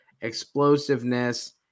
explosiveness